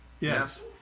yes